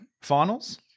Finals